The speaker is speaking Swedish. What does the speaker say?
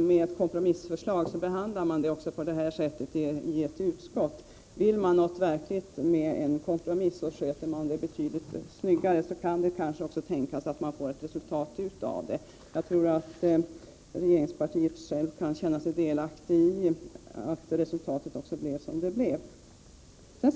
med ett kompromissförslag, då får det också den här behandlingen i utskottet. Vill man verkligen åstadkomma en kompromiss, sköter man det betydligt snyggare, och då kan det kanske också tänkas att det blir ett resultat. Jag anser att regeringspartiet självt bör känna sig delaktigt i att resultatet blev som det blev.